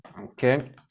Okay